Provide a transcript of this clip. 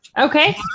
okay